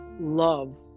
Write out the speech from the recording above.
love